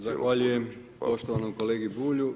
Zahvaljujem poštovanom kolegi Bulju.